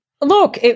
Look